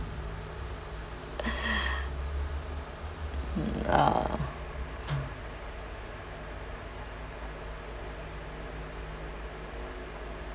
mm oh